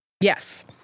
Yes